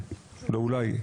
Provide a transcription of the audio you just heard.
לא אולי,